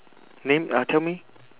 name uh tell me